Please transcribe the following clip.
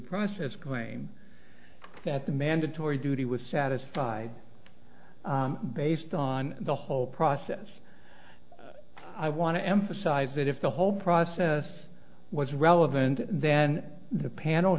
process going that the mandatory duty was satisfied based on the whole process i want to emphasize that if the whole process was relevant then the pan